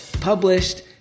published